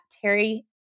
Terry